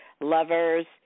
lovers